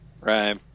right